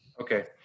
Okay